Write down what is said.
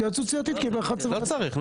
התייעצות סיעתית כי ב --- לא צריך.